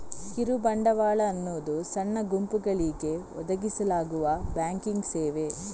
ಕಿರು ಬಂಡವಾಳ ಅನ್ನುದು ಸಣ್ಣ ಗುಂಪುಗಳಿಗೆ ಒದಗಿಸಲಾಗುವ ಬ್ಯಾಂಕಿಂಗ್ ಸೇವೆ